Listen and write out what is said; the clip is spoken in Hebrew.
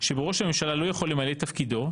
שבו ראש הממשלה לא יכול למלא את תפקידו,